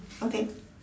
okay